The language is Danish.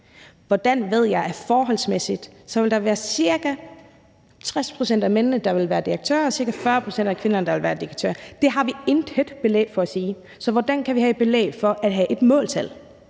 hvordan ved jeg så, at der forholdsmæssigt vil være ca. 60 pct. af mændene, der vil være direktører, og ca. 40 pct. af kvinderne, der vil være direktører? Det har vi intet belæg for at sige. Så hvordan kan vi have belæg for at have et måltal?